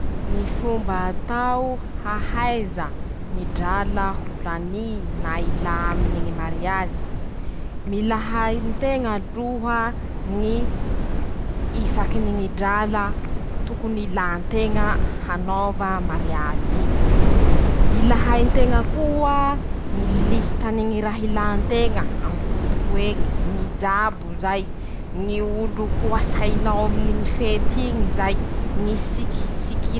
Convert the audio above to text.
Ñy fomba atao ahaiza ñy drala ho lanyy, na ilà aminy ñy mariazy: -Mila hain-teña aloha ñy isaky ny ñy drala tokony ilà nteña hanaôva mariazy iñy. -Mila hay nteña koa ñy lisita ny ñy raha ilà nteña aminy foto'eñy ñy jabo zay, ñy olo ho asainao aminy ñy fet'iñy zay, ñy siky.